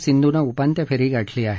सिंधूनं उपांत्य फेरी गाठली आहे